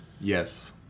Yes